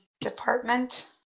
department